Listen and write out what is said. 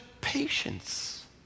patience